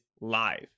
live